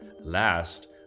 Last